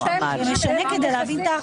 זה משנה כדי להבין את האחוזים.